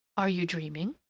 are you dreaming?